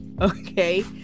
Okay